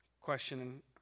question